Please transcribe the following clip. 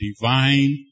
divine